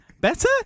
Better